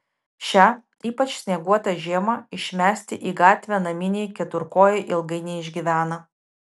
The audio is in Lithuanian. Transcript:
šią ypač snieguotą žiemą išmesti į gatvę naminiai keturkojai ilgai neišgyvena